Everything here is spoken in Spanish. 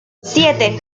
siete